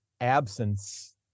absence